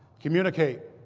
communicate.